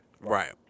Right